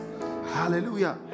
Hallelujah